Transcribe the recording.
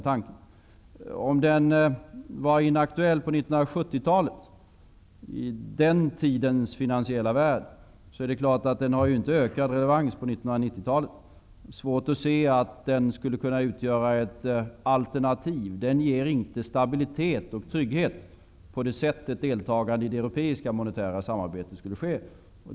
Om nu tanken var inaktuell på 1970-talet, i den tidens finansiella värld, har den inte ökad relevans på 1990-talet. Det är svårt att se att den skulle kunna utgöra ett alternativ. Den ger inte stabilitet och trygghet på det sätt ett deltagande i det europeiska monetära samarbetet skulle ge.